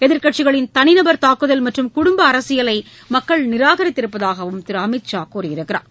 எதிர்க்கட்சிகளின் தனிநபர் தாக்குதல் மற்றும் குடும்ப அரசியலை மக்கள் நிராகரித்திருப்பதாகவும் திரு அமித்ஷா கூறியுள்ளார்